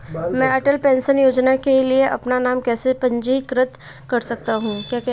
मैं अटल पेंशन योजना के लिए अपना नाम कैसे पंजीकृत कर सकता हूं?